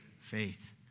Faith